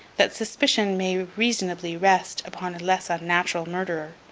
that suspicion may reasonably rest upon a less unnatural murderer.